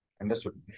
Understood